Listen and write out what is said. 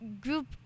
group